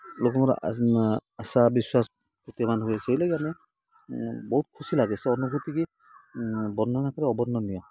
ଲୋକଙ୍କର ଆଶା ବିଶ୍ୱାସ କେତେ ମାନ ହୁଏ ସେଇ ଲାଗି ଆମେ ବହୁତ ଖୁସି ଲାଗେ ସେ ଅନୁଭୂତିକୁ ବର୍ଣ୍ଣନା କରି ଅବର୍ଣ୍ଣନୀୟ